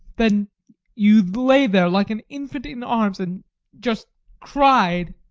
then you lay there like an infant in arms and just cried.